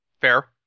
Fair